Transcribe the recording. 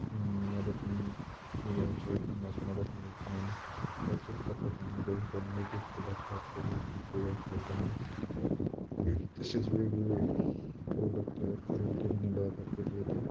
मदत हा व्यवसाय करण्यास मदत मिळते बचत गटाच्या माध्यमे त्यांना निधिसुद्धा प्राप्त होऊ शकतो व्यवसाय करणे तसेच वेगवेगळे प्रोडक्ट तयार करून त्यांना बाजारपेठ येते